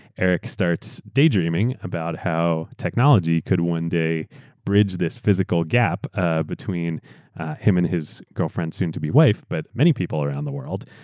eric starts daydreaming about how technology could one day bridge this physical gap ah between him and his girlfriend-soon-to-be-wife and but many people around the world,